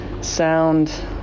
sound